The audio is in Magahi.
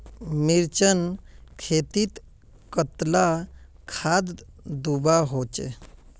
मिर्चान खेतीत कतला खाद दूबा होचे?